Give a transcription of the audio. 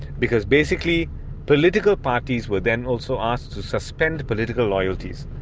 because basically political parties were then also asked to suspend political loyalties,